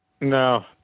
No